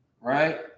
Right